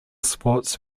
sports